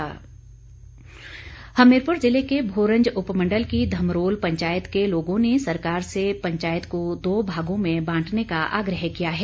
वीरेंद्र कंवर हमीरपुर जिले के भोरंज उपमंडल की धमरोल पंचायत के लोगों ने सरकार से पंचायत को दो भागों में बांटने का आग्रह किया है